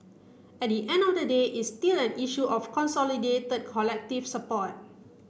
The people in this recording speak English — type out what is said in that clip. at the end of the day it's still an issue of consolidated the collective support